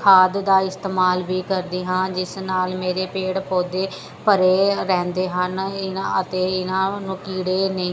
ਖਾਦ ਦਾ ਇਸਤੇਮਾਲ ਵੀ ਕਰਦੀ ਹਾਂ ਜਿਸ ਨਾਲ ਮੇਰੇ ਪੇੜ ਪੌਦੇ ਭਰੇ ਰਹਿੰਦੇ ਹਨ ਇਨ੍ਹਾਂ ਅਤੇ ਇਨ੍ਹਾਂ ਨੂੰ ਕੀੜੇ ਨਹੀਂ